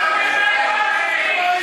אני לא יכולה.